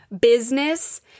business